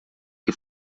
que